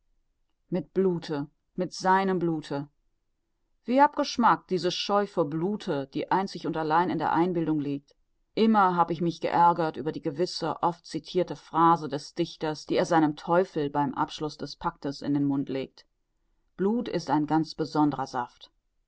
mit blute mit seinem blute wie abgeschmackt diese scheu vor blute die einzig und allein in der einbildung liegt immer hab ich mich geärgert über die gewisse oft citirte phrase des dichters die er seinem teufel beim abschluß des pactes in den mund legt blut ist ein ganz besonderer saft